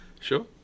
Sure